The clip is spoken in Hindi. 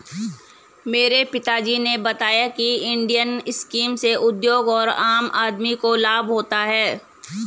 मेरे पिता जी ने बताया की इंडियन स्कीम से उद्योग और आम आदमी को लाभ होता है